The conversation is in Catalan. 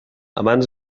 abans